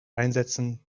einsetzen